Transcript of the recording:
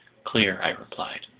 clear, i replied.